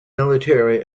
military